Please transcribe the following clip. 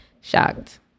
shocked